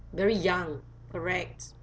very young correct